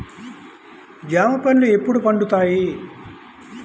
జామ పండ్లు ఎప్పుడు పండుతాయి?